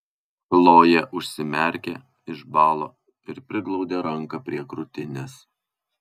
chlojė užsimerkė išbalo ir priglaudė ranką prie krūtinės